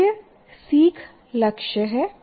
मूल्य सीख लक्ष्य है